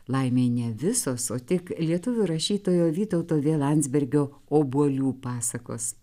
laimei ne visos o tik lietuvių rašytojo vytauto v landsbergio obuolių pasakos